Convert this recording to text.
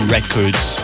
Records